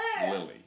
Lily